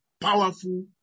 powerful